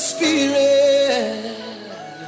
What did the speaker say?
Spirit